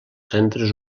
centres